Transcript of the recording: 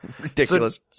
Ridiculous